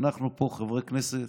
אנחנו פה חברי כנסת,